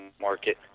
market